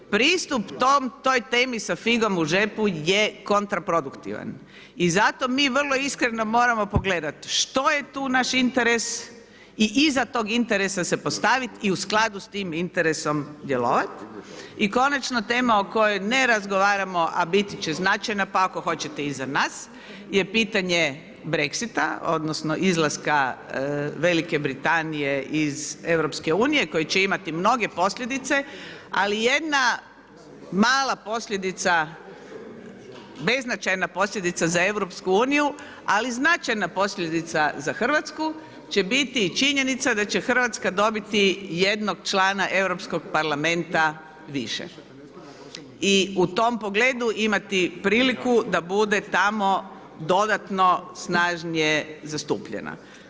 Pristup toj temi sa figom u džepu je kontraproduktivan i zato mi vrlo iskreno moramo pogledati što je tu naš interes i iza tog interesa se postaviti i u skladu s tim interesom djelovati i konačno tema o kojoj ne razgovaramo, a biti će značajna, pa ako hoćete i za nas je pitanje Brexit-a, odnosno izlaska Velike Britanije iz EU koji će imati mnoge posljedice, ali jedna mala posljedica, beznačajna posljedica za EU, ali značajna posljedica za RH će biti činjenica da će RH dobiti jednog člana europskog parlamenta više i u tom pogledu imati priliku da bude tamo dodatno snažnije zastupljena.